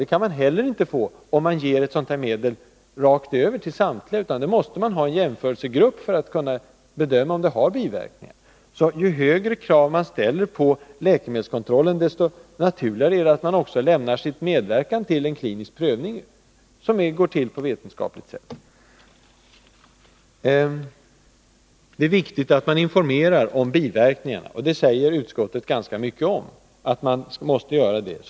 Det kan man inte heller 101 få om man ger ett sådant här medel rakt över till samtliga patienter. Man måste ha en jämförelsegrupp för att kunna bedöma om medlet har biverkningar. Ju högre krav man ställer på läkemedelskontrollen, desto naturligare är det att man också medverkar till en klinisk prövning som går till på vetenskapligt sätt. Det är viktigt att man informerar om biverkningarna, och utskottet säger ganska mycket om att man måste göra det.